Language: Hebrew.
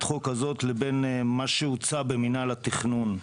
החוק הזאת לבין מה שהוצע במינהל התכנון.